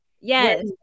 Yes